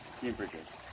team bridges.